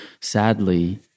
sadly